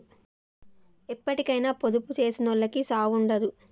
ఎప్పటికైనా పొదుపు జేసుకునోళ్లకు సావుండదు